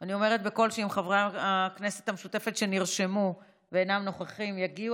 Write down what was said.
אני אומרת בקול שאם חברי הכנסת מהמשותפת שנרשמו ואינם נוכחים יגיעו,